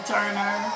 Turner